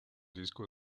disco